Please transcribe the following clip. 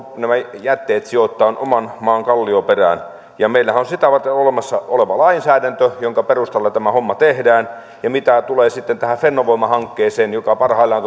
nämä jätteet sijoittaa oman maan kallioperään ja meillähän on sitä varten olemassa lainsäädäntö jonka perusteella tämä homma tehdään mitä tulee sitten tähän fennovoima hankkeeseen jossa parhaillaan